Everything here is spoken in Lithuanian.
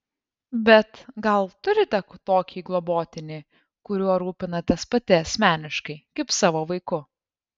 bet gal turite tokį globotinį kuriuo rūpinatės pati asmeniškai kaip savo vaiku